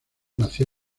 nació